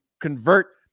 convert